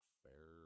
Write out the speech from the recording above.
fair